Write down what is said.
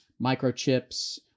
microchips